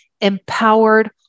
empowered